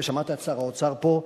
ושמעת את שר האוצר פה,